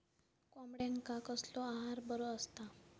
कोंबड्यांका कसलो आहार बरो असता?